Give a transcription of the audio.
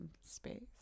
space